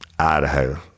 Idaho